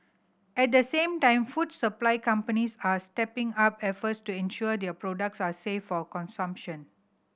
at the same time food supply companies are stepping up efforts to ensure their products are safe for consumption